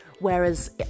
Whereas